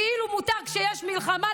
כאילו כשיש מלחמה,